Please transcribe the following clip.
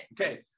okay